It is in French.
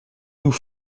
nous